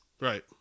Right